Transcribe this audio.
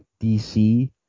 DC